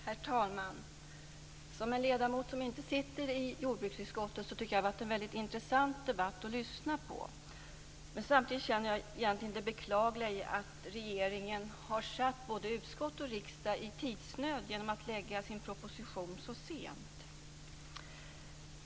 Herr talman! I min egenskap av ledamot som inte sitter i jordbruksutskottet tycker jag att det har varit en mycket intressant debatt att lyssna på. Men samtidigt tycker jag att det är beklagligt att regeringen har satt både utskottet och riksdagen i tidsnöd genom att lägga fram sin proposition så sent.